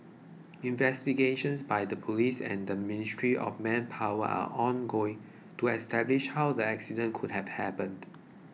investigations by the police and the Ministry of Manpower are ongoing to establish how the accident could have happened